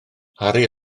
harri